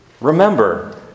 Remember